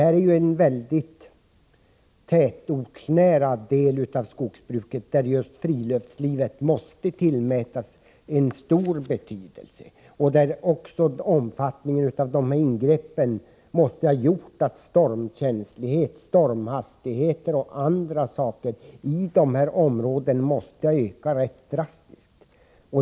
Det här är en väldigt tätortsnära del av skogbruket, där just friluftslivet måste tillmätas en stor betydelse. Omfattningen av dessa ingrepp måste ha gjort att stormkänsligheten har ökat rätt dramatiskt i de här områdena.